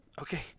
Okay